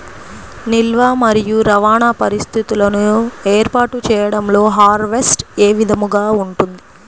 నిల్వ మరియు రవాణా పరిస్థితులను ఏర్పాటు చేయడంలో హార్వెస్ట్ ఏ విధముగా ఉంటుంది?